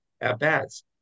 at-bats